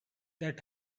that